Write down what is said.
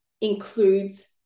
includes